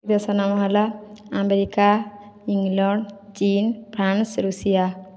ଦେଶ ନାମ ହେଲା ଆମେରିକା ଇଂଲଣ୍ଡ ଚୀନ୍ ଫ୍ରାନ୍ସ ୠଷିଆ